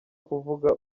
kuvuga